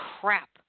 crap